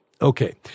Okay